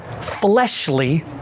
fleshly